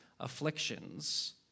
afflictions